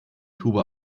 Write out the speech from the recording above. tube